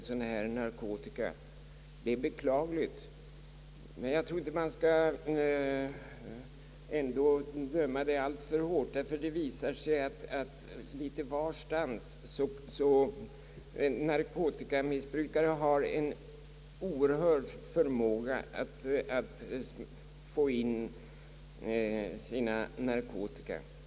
Det är givetvis beklagligt, men jag tror ändå inte att man skall döma alltför hårt, ty det visar sig att narkotikamissbrukare litet varstans har en oerhörd förmåga att smuggla in narkotika.